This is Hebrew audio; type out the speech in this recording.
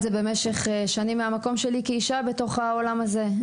זה במשך שנים מהמקום שלי כאישה בתוך העולם הזה.